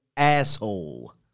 Asshole